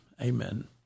Amen